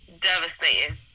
Devastating